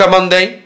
Monday